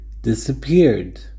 disappeared